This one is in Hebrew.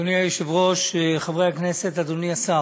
אדוני היושב-ראש, חברי הכנסת, אדוני השר.